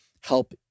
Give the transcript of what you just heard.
help